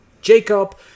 Jacob